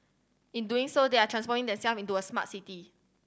in doing so they are transforming themselves into a smart city